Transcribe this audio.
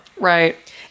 right